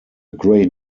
great